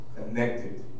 connected